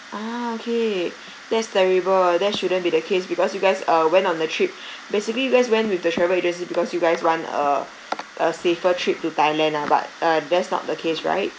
ah okay that's terrible that shouldn't be the case because you guys uh went on the trip basically you guys went with the travel agency because you guys want a a safer trip to thailand lah but uh that's not the case right